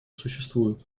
существует